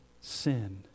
sin